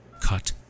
Cut